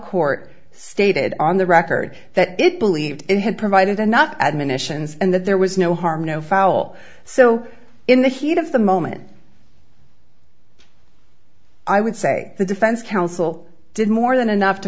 court stated on the record that it believed it had provided the not admonitions and that there was no harm no foul so in the heat of the moment i would say the defense counsel did more than enough to